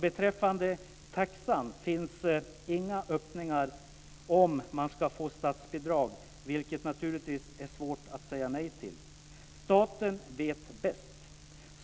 Beträffande taxan finns inga öppningar om man ska få statsbidrag, vilket naturligtvis är svårt att säga nej till. Staten vet bäst.